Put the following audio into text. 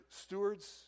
stewards